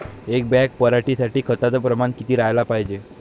एक बॅग पराटी साठी खताचं प्रमान किती राहाले पायजे?